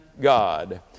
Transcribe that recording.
God